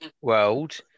World